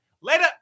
Later